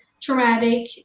traumatic